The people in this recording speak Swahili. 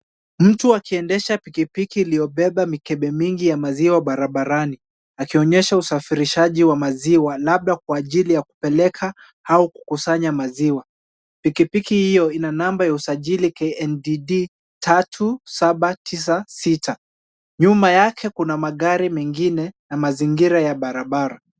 Mtu akiendesha pikipiki iliyobeba mikebe mingi ya maziwa barabarani, akionyesha usafirishaji wa maziwa labda kwa ajili ya kupeleka au kukusanya maziwa. Pikipiki hiyo ina namba ya usajili KMDD 3796. Nyuma yake kuna magari mengine na mazingira ya barabara.